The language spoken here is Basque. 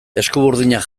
eskuburdinak